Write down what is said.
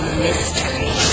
mystery